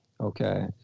Okay